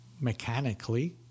mechanically